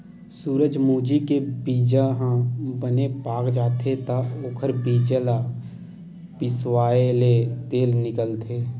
सूरजमूजी के बीजा ह बने पाक जाथे त ओखर बीजा ल पिसवाएले तेल निकलथे